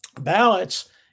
ballots